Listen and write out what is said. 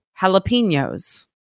jalapenos